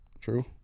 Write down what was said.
True